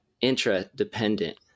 intra-dependent